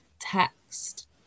text